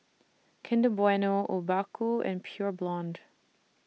Kinder Bueno Obaku and Pure Blonde